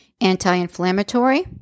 anti-inflammatory